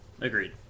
Agreed